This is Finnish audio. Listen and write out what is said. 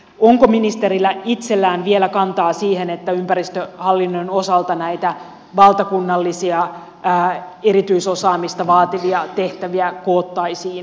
onko ministerillä itsellään vielä kantaa siihen että ympäristöhallinnon osalta näitä valtakunnallisia erityisosaamista vaativia tehtäviä koottaisiin yhteen